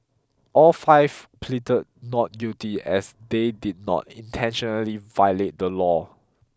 all five pleaded not guilty as they did not intentionally violate the law